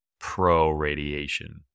pro-radiation